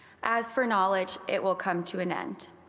as for knowledge, it will come to an end.